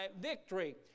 victory